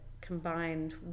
combined